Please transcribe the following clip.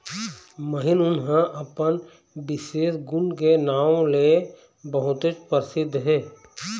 महीन ऊन ह अपन बिसेस गुन के नांव ले बहुतेच परसिद्ध हे